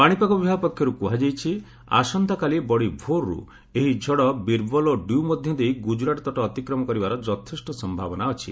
ପାଣିପାଗ ବିଭାଗ ପକ୍ଷରୁ କୁହାଯାଇଛି ଆସନ୍ତାକାଲି ବଡ଼ି ଭୋରରୁ ଏହି ଝଡ଼ ବୀରବଲ୍ ଓ ଡ୍ୟୁ ମଧ୍ୟ ଦେଇ ଗୁଜରାଟ ତଟ ଅତିକ୍ରମ କରିବାର ଯଥେଷ୍ଟ ସମ୍ଭାବନା ଅଛି